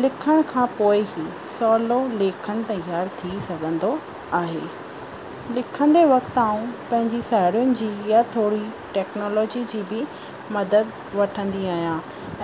लिखण खां पोए ई सवलो लेखन तयारु थी सघंदो आहे लिखंदे वक़्ति आऊं पंहिंजी साहेड़ियुनि जी या थोरी टेक्नोलोजी जी बि मदद वठंदी आहियां